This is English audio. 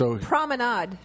Promenade